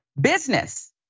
business